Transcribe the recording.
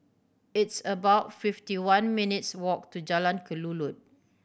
it's about fifty one minutes' walk to Jalan Kelulut